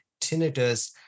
tinnitus